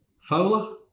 Fowler